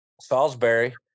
Salisbury